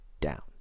down